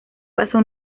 pasó